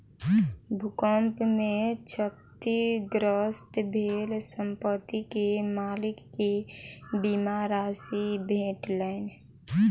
भूकंप में क्षतिग्रस्त भेल संपत्ति के मालिक के बीमा राशि भेटलैन